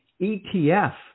ETF